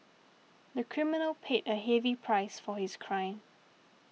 the criminal paid a heavy price for his crime